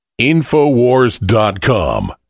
infowars.com